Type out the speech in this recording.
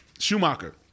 Schumacher